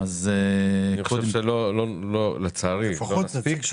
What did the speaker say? לצערי לא.